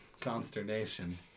consternation